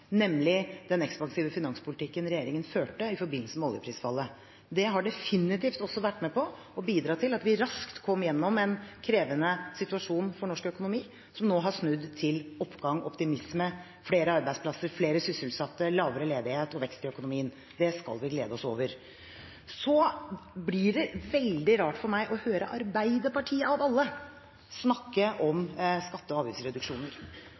nemlig den ekspansive finanspolitikken regjeringen førte i forbindelse med oljeprisfallet. Det har definitivt også vært med på å bidra til at vi raskt kom gjennom en krevende situasjon for norsk økonomi, som nå har snudd til oppgang, optimisme, flere arbeidsplasser, flere sysselsatte, lavere ledighet og vekst i økonomien. Det skal vi glede oss over. Det blir veldig rart for meg å høre Arbeiderpartiet – av alle – snakke om skatte- og avgiftsreduksjoner.